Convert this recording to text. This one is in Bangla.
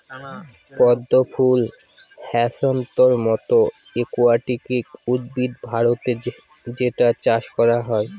পদ্ম ফুল হ্যাছান্থর মতো একুয়াটিক উদ্ভিদ ভারতে যেটার চাষ করা হয়